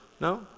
no